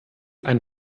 ein